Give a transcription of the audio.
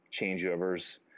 changeovers